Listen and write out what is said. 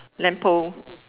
lamp pole